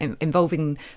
involving